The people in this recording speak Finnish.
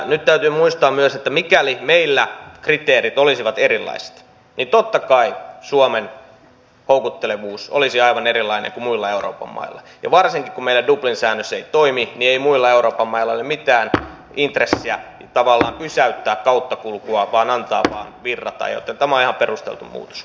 nyt täytyy muistaa myös että mikäli meillä kriteerit olisivat erilaiset niin totta kai suomen houkuttelevuus olisi aivan erilainen kuin muilla euroopan mailla ja varsinkin kun meillä dublin säännös ei toimi muilla euroopan mailla ei ole mitään intressiä tavallaan pysäyttää kauttakulkua vaan antaa vain virrata joten tämä on ihan perusteltu muutos